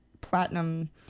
platinum